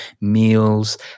meals